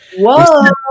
Whoa